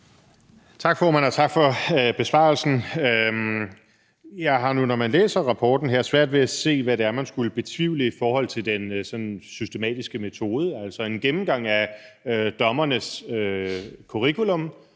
tak for besvarelsen. Jeg har nu, når jeg læser rapporten her, svært ved at se, hvad det er, man skulle betvivle i forhold til den systematiske metode. Det er en gennemgang af dommernes curriculum